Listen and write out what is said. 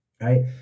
right